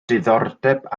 diddordeb